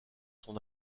son